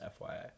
fyi